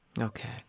Okay